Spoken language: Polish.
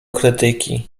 krytyki